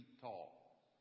tall